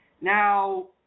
Now